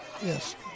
yes